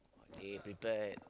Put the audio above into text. they prepared